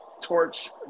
Torch